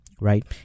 right